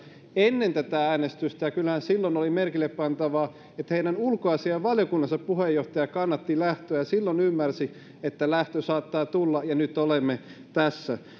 ennen tätä äänestystä ja kyllähän silloin oli merkille pantavaa että heidän ulkoasiainvaliokunnassaan puheenjohtaja kannatti lähtöä silloin ymmärsi että lähtö saattaa tulla ja nyt olemme tässä